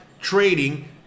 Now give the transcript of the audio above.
trading